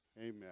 Amen